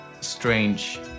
strange